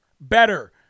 better